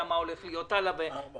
אבל זה ייגמר באיזה מקום,